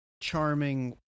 charming